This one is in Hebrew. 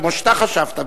כמו שאתה חשבת,